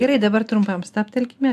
gerai dabar trumpam stabtelkime